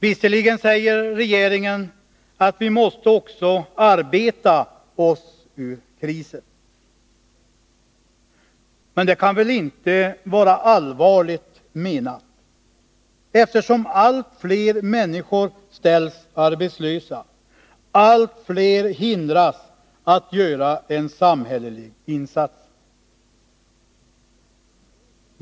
Visserligen säger regeringen att vi också måste arbeta oss ur krisen. Men det kan väl inte vara allvarligt menat, eftersom allt fler människor ställs arbetslösa, eftersom allt fler hindras från att göra en samhällelig insats.